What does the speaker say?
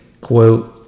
quote